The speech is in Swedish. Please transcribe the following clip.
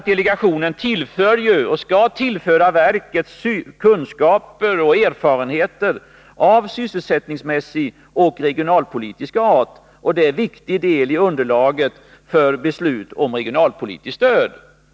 Delegationen tillför ju — och skall tillföra — verket kunskaper och erfarenheter av sysselsättningsmässig och regionalpolitisk art, och det är en viktig del i underlaget för beslut om regionalpolitiskt stöd.